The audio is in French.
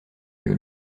que